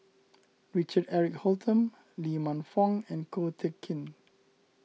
Richard Eric Holttum Lee Man Fong and Ko Teck Kin